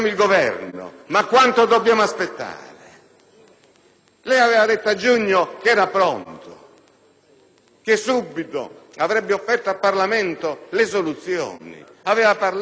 Lei aveva detto a giugno che era pronto, che subito avrebbe offerto al Parlamento le soluzioni. Aveva parlato di soluzioni vicine, condivisibili,